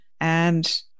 And-